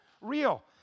real